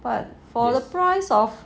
but for the price of